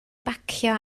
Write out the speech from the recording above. bacio